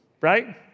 right